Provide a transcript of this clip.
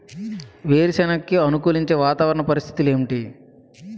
వేరుసెనగ కి అనుకూలించే వాతావరణ పరిస్థితులు ఏమిటి?